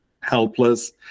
helpless